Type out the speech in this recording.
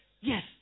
yes